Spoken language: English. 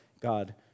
God